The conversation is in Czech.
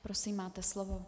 Prosím, máte slovo.